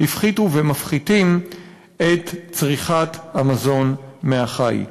הפחיתו ומפחיתים את צריכת המזון מהחי.